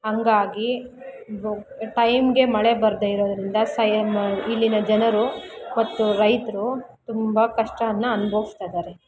ಹಂಗಾಗಿ ಟೈಮ್ಗೆ ಮಳೆ ಬರದೆ ಇರೋದ್ರಿಂದ ಸಯಂ ಇಲ್ಲಿನ ಜನರು ಮತ್ತು ರೈತರು ತುಂಬ ಕಷ್ಟಾನ ಅನ್ಬವ್ಸ್ತಾ ಇದ್ದಾರೆ